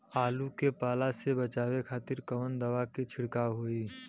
आलू के पाला से बचावे के खातिर कवन दवा के छिड़काव होई?